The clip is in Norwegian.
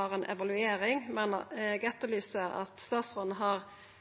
har ei evaluering. Eg etterlyser at statsråden har